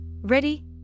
Ready